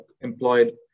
employed